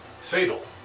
fatal